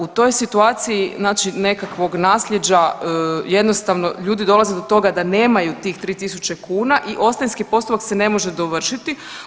U toj situaciji nekakvog nasljeđa jednostavno ljudi dolaze do toga da nemaju tih 3.000 kuna i ostavinski postupak se ne može dovršiti.